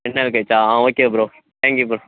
ரெண்டு நாள் கழித்தா ஆ ஓகே ப்ரோ தேங்க்யூ ப்ரோ